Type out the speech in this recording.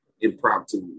impromptu